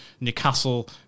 Newcastle